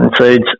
seeds